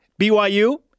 BYU